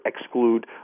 exclude